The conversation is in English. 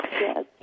Yes